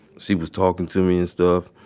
she was talking to me and stuff.